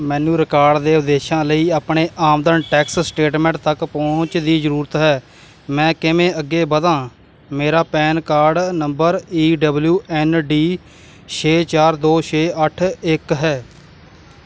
ਮੈਨੂੰ ਰਿਕਾਰਡ ਦੇ ਉਦੇਸ਼ਾਂ ਲਈ ਆਪਣੇ ਆਮਦਨ ਟੈਕਸ ਸਟੇਟਮੈਂਟ ਤੱਕ ਪਹੁੰਚ ਦੀ ਜ਼ਰੂਰਤ ਹੈ ਮੈਂ ਕਿਵੇਂ ਅੱਗੇ ਵਧਾਂ ਮੇਰਾ PAN card number E W N D ਛੇ ਚਾਰ ਦੋ ਛੇ ਅੱਠ ਇੱਕ ਹੈ